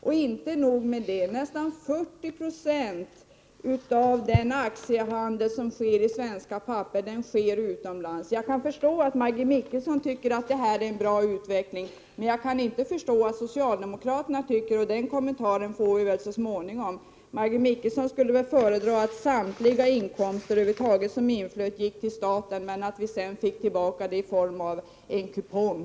Och inte nog med det — nästan 40 26 av den aktiehandel som sker i svenska papper sker utomlands. Jag kan förstå att Maggi Mikaelsson tycker att det här är en bra utveckling, men jag kan inte förstå att socialdemokraterna tycker det. Den kommentaren får vi väl så småningom. Maggi Mikaelsson skulle väl föredra att samtliga inkomster inflöt till staten och att vi sedan fick tillbaka dem i form av en kupong.